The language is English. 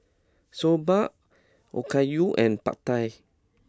Soba Okayu and Pad Thai